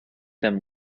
them